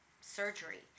surgery